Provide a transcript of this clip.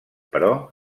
però